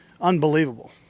unbelievable